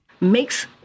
Makes